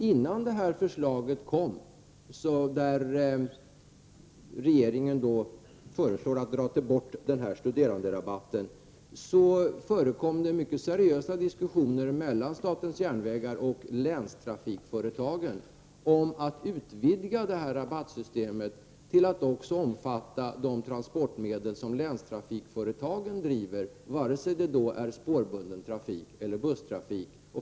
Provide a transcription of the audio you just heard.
Innan regeringen lade fram sitt förslag att dra in dessa studeranderabatter förekom det mycket seriösa diskussioner mellan SJ och länstrafikföretagen om att utvidga rabattsystemet till att också omfatta de transportmedel som länstrafikföretagen driver, både spårbunden trafik och busstrafik.